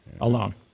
Alone